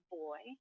boy